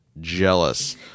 jealous